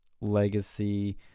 legacy